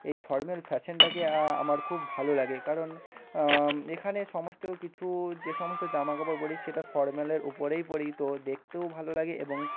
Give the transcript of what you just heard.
এই ফর্ম্যাল ফ্যাশনটাকে আমার খুব ভালো লাগে কারণ এখানে সমস্ত কিছু যে সমস্ত জামা কাপড় বলি সেটা ফর্ম্যালের উপরেই পরি তো দেখতেও ভালো লাগে এবং